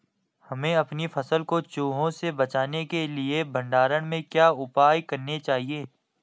हमें अपनी फसल को चूहों से बचाने के लिए भंडारण में क्या उपाय करने चाहिए?